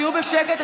תהיו בשקט,